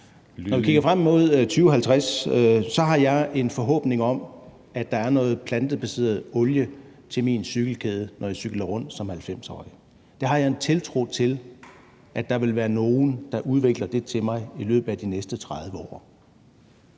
Når jeg kigger frem mod 2050, har jeg en forhåbning om, at der er noget plantebaseret olie til min cykelkæde, når jeg cykler rundt som 90-årig. Jeg har en tiltro til, at der vil være nogle, der udvikler det til mig i løbet af de næste 30 år.